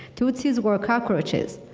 tsotsis were cockroaches,